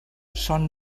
són